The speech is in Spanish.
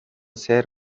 ser